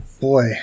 Boy